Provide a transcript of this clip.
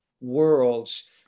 worlds